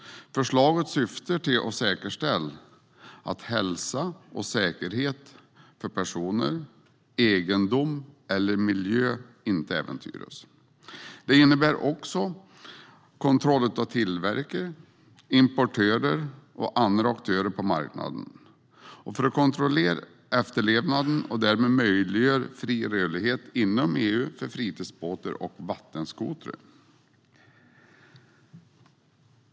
Förslaget syftar till att säkerställa att hälsa och säkerhet för personer och egendom eller miljö inte äventyras. Det innebär också kontroll av tillverkare, importörer och andra aktörer på marknaden för att kontrollera efterlevnaden och därmed möjliggöra fri rörlighet inom EU för fritidsbåtar och vattenskotrar.